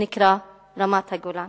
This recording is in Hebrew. שנקרא רמת-הגולן.